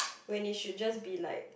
when you should just be like